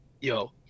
yo